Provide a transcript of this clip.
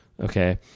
Okay